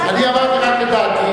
אני אמרתי רק את דעתי,